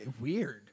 Weird